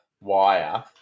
wire